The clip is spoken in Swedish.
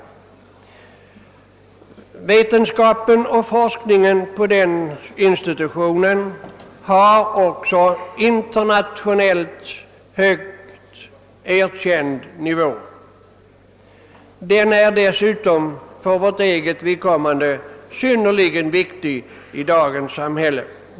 Den vetenskapliga verksamheten och forskningen på den institutionen har också en internationellt högt erkänd nivå. Den är dessutom för vårt eget vidkommande synnerligen viktig i dagens samhälle.